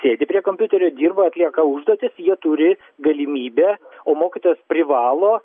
sėdi prie kompiuterio dirba atlieka užduotis jie turi galimybę o mokytojas privalo